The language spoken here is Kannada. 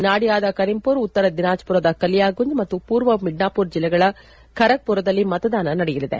ನಾಡಿಯಾದ ಕರಿಮ್ ಪುರ್ ಉತ್ತರ ದಿನಾಜ್ ಪುರದ ಕಲಿಯಗುಂಜ್ ಮತ್ತು ಪೂರ್ವ ಮಿಡ್ನಾಪುರ ಜಿಲ್ಲೆಗಳ ಖರಗ್ ಪುರದಲ್ಲಿ ಮತದಾನ ನಡೆಯಲಿದೆ